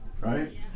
right